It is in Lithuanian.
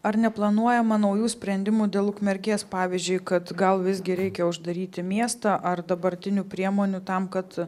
ar neplanuojama naujų sprendimų dėl ukmergės pavyzdžiui kad gal visgi reikia uždaryti miestą ar dabartinių priemonių tam kad